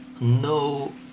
no